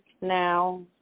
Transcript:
Now